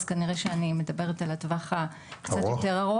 אז כנראה שאני מדברת על הטווח הארוך יותר.